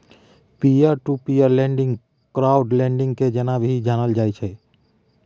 peer to peer lending crowd lending के जेना भी जानल जाइत छै